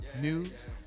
news